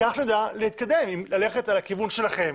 כדי שנדע אם להתקדם האם ללכת לכיוון שלכם,